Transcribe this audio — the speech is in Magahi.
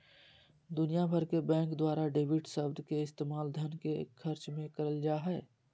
दुनिया भर के बैंक द्वारा डेबिट शब्द के इस्तेमाल धन के खर्च मे करल जा हय